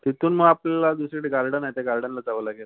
तिथून आपल्याला दुसरीकडे गार्डन आहे त्या गार्डनलाच जावं लागेल